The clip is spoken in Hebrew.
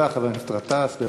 תודה, חבר הכנסת גטאס.